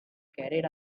carried